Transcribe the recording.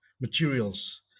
materials